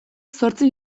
zortzi